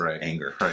anger